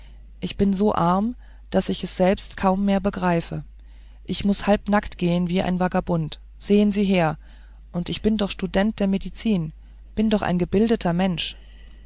ich bin so arm daß ich es selbst kaum mehr begreife ich muß halbnackt gehen wie ein vagabund sehen sie her und ich bin doch student der medizin bin doch ein gebildeter mensch